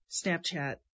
Snapchat